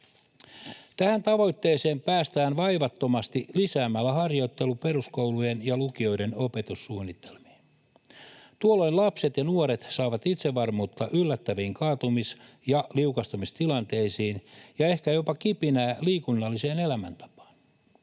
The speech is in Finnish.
Tähän tavoitteeseen päästään vaivattomasti lisäämällä harjoittelu peruskoulujen ja lukioiden opetussuunnitelmiin. Tuolloin lapset ja nuoret saavat itsevarmuutta yllättäviin kaatumis- ja liukastumistilanteisiin ja ehkä jopa kipinää liikunnalliseen elämäntapaan.